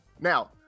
Now